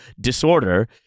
disorder